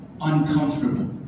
uncomfortable